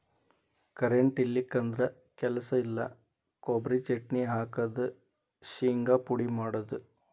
current ಇಲ್ಲಿಕಂದ್ರ ಕೆಲಸ ಇಲ್ಲಾ, ಕೊಬರಿ ಚಟ್ನಿ ಹಾಕುದು, ಶಿಂಗಾ ಪುಡಿ ಮಾಡುದು